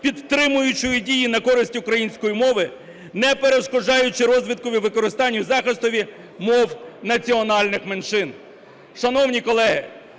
підтримуючої дії на користь української мови, не перешкоджаючи розвиткові, використанню й захистові мов національних меншин".